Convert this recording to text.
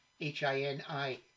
HINI